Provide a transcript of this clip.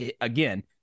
again